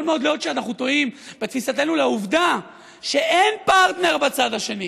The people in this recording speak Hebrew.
יכול מאוד להיות שאנחנו טועים בתפיסתנו לגבי העובדה שאין פרטנר בצד השני